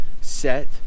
set